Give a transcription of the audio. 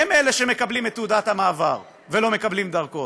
הם אלה שמקבלים את תעודת המעבר ולא מקבלים דרכון.